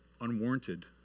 unwarranted